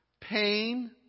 pain